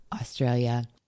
australia